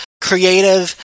creative